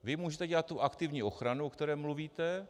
Vy můžete dělat tu aktivní ochranu, o které mluvíte.